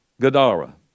Gadara